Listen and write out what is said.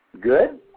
Good